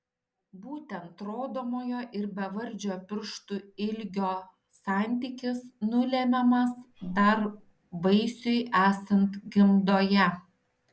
būtent rodomojo ir bevardžio pirštų ilgio santykis nulemiamas dar vaisiui esant gimdoje